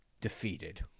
defeated